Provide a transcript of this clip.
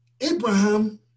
Abraham